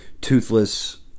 Toothless